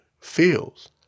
feels